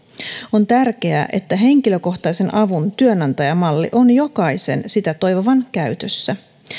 on tärkeää että henkilökohtaisen avun työnantajamalli on jokaisen sitä toivovan käytössä